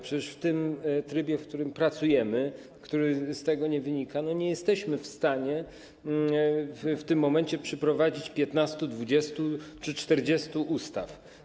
Przecież w tym trybie, w którym pracujemy, który z tego nie wynika, nie jesteśmy w stanie w tym momencie przeprowadzić 15, 20 czy 40 ustaw.